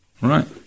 Right